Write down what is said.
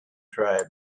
tribe